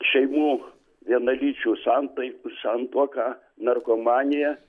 šeimų vienalyčių santaikų santuoką narkomaniją